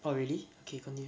oh really okay continue